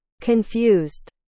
Confused